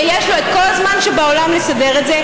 ויש לו את כל הזמן בעולם לסדר את זה,